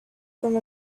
from